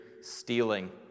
stealing